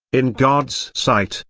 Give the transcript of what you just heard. in god's sight,